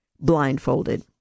blindfolded